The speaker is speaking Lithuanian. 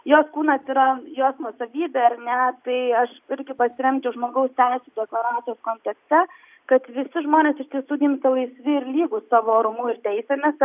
jos kūnas yra jos nuosavybė ar ne tai aš irgi pasiremčiau žmogaus teisių deklaracijos kontekste kad visi žmonės iš tiesų gimsta laisvi ir lygūs savo orumu ir teisėmis